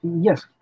yes